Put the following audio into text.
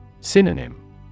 Synonym